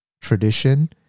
tradition